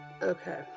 Okay